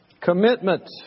Commitment